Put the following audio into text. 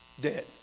Dead